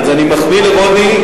אז אני מחמיא לרוני.